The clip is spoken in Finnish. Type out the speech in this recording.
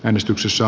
äänestyksessä